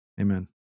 Amen